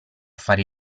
fare